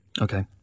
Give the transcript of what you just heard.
Okay